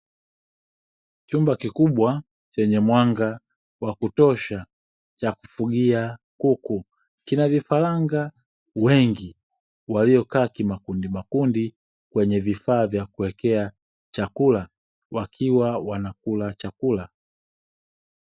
Chumba kikubwa chenye mwanga wa kutosha cha kufugia kuku, kina vifaranga wengi waliokaa kimakundi makundi kwenye vifaa vya kuwekea chakula, wakiwa wanakula chakula.